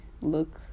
look